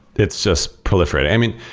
it's just proliferate. i mean,